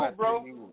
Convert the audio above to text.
bro